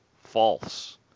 false